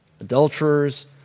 adulterers